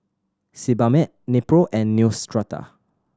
Sebamed Nepro and Neostrata